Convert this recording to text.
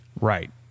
Right